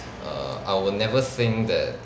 err I will never think that